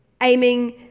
aiming